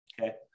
okay